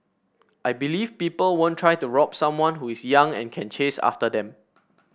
I believe people won't try to rob someone who is young and can chase after them